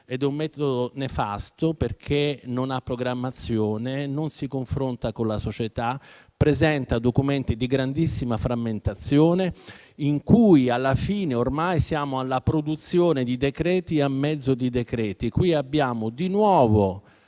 Ed è un metodo nefasto. Non ha programmazione, non si confronta con la società e presenta documenti di grandissima frammentazione. Alla fine, siamo ormai alla produzione di decreti a mezzo di decreti. Come è stato detto